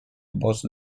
boss